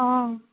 অঁ